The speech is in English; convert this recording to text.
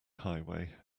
highway